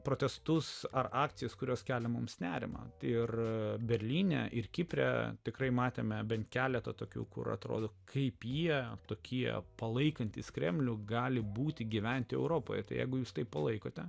protestus ar akcijas kurios kelia mums nerimą ir berlyne ir kipre tikrai matėme bent keletą tokių kur atrodo kaip jie tokie palaikantys kremlių gali būti gyventi europoje jeigu jūs palaikote